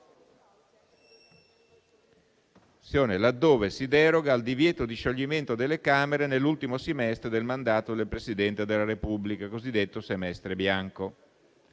Costituzione, laddove si deroga al divieto di scioglimento delle Camere nell'ultimo semestre del mandato del Presidente della Repubblica (il cosiddetto semestre bianco).